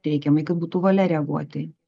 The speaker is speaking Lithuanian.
teigiamai kad būtų valia reaguoti